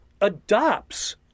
adopts